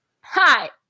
Hi